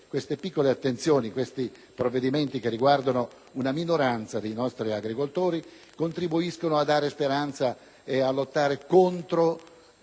queste piccole attenzioni, queste misure che riguardano una minoranza dei nostri agricoltori contribuiscono a dare speranza e a lottare contro